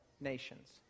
nations